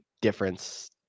difference